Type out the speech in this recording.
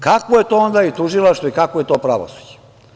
Kakvo je to onda i tužilaštvo i kakvo je to pravosuđe?